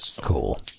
Cool